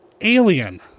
Alien